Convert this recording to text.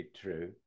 true